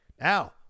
Now